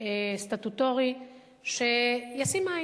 סטטוטורי שישים עין.